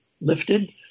lifted